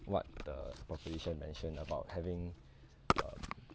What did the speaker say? what the proposition mentioned about having um